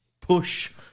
push